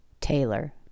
Taylor